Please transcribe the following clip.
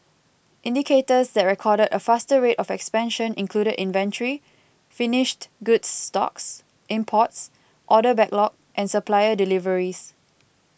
indicators that recorded a faster rate of expansion included inventory finished goods stocks imports order backlog and supplier deliveries